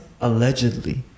allegedly